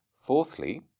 fourthly